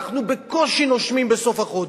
אנחנו בקושי נושמים בסוף החודש.